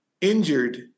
injured